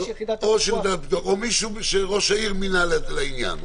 או מי שראש העיר מינה לעניין.